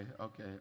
okay